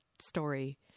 story